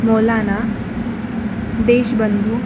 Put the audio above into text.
Maulana Deshbandhu